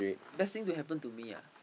best thing to happen to me ah